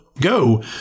go